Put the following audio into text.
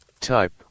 type